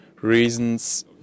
reasons